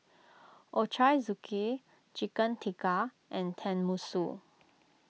Ochazuke Chicken Tikka and Tenmusu